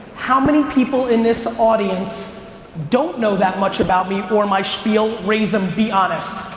how many people in this audience don't know that much about me or my spiel, raise em, be honest.